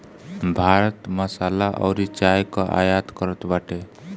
भारत मसाला अउरी चाय कअ आयत करत बाटे